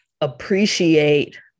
appreciate